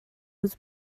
was